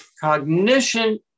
Cognition